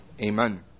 Amen